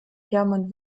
hermann